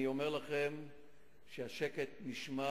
אני אומר לכם שהשקט נשמר.